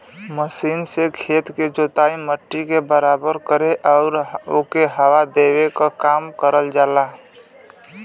machine से खेत के जोते, मट्टी के बराबर करे आउर ओके हवा देवे क काम करल जाला